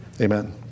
Amen